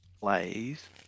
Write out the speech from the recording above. plays